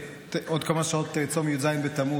אפשר לנהל פה סמול טוק עד מחר.